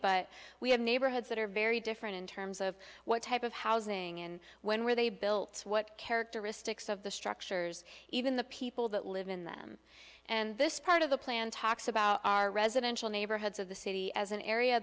but we have neighborhoods that are very different in terms of what type of housing and when where they built what characteristics of the structures even the people that live in them and this part of the plan talks about our residential neighborhoods of the city as an area